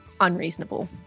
unreasonable